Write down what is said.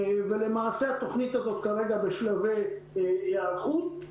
למעשה התוכנית הזו כרגע בשלבי היערכות,